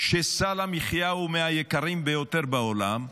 שסל המחיה הוא מהיקרים ביותר בעולם,